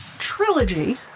trilogy